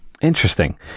Interesting